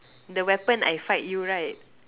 the weapon I fight you right